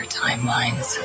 timelines